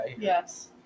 Yes